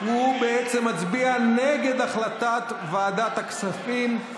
בעצם מצביע נגד החלטת ועדת הכספים,